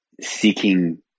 seeking